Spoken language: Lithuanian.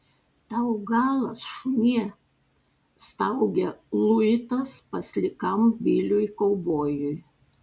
tau galas šunie staugia luitas paslikam biliui kaubojui